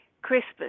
Crispus